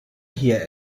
hier